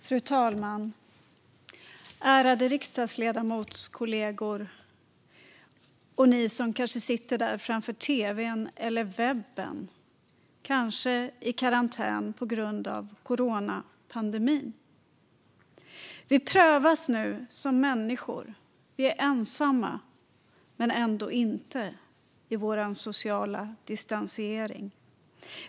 Fru talman, ärade riksdagsledamotskollegor och ni som sitter framför tv:n eller webben, kanske i karantän på grund av coronapandemin! Vi prövas nu som människor. Vi är ensamma men ändå inte i vår sociala distansering.